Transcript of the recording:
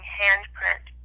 handprint